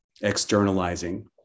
externalizing